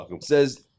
Says